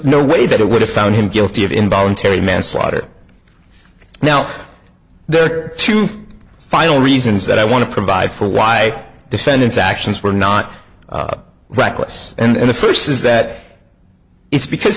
no way that it would have found him guilty of involuntary manslaughter now there are two final reasons that i want to provide for why defendant's actions were not reckless and the first says that it's because